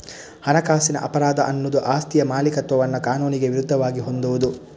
ಹಣಕಾಸಿನ ಅಪರಾಧ ಅನ್ನುದು ಆಸ್ತಿಯ ಮಾಲೀಕತ್ವವನ್ನ ಕಾನೂನಿಗೆ ವಿರುದ್ಧವಾಗಿ ಹೊಂದುವುದು